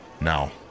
Now